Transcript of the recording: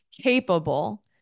capable